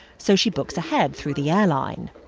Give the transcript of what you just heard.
so she books ahead through the airline.